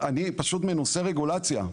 אני פשוט מנוסה רגולציה.